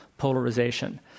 Polarization